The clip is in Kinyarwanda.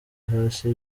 hasi